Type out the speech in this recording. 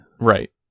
Right